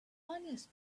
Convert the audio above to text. funniest